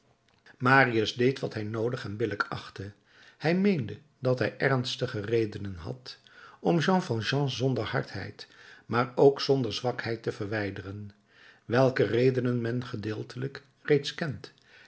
marius deed wat hij noodig en billijk achtte hij meende dat hij ernstige redenen had om jean valjean zonder hardheid maar ook zonder zwakheid te verwijderen welke redenen men gedeeltelijk reeds kent